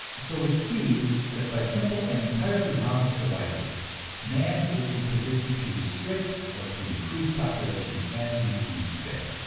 so we see that by simple and entirely harmless devices man is in position to restrict or to increase population as he sees fit.